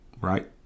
right